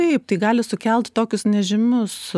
taip tai gali sukelt tokius nežymius